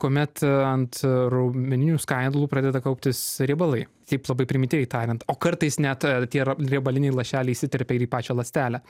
kuomet ant raumeninių skaidulų pradeda kauptis riebalai taip labai primityviai tariant o kartais net tie riebaliniai lašeliai įsiterpia į pačią ląstelę